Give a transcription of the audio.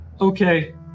Okay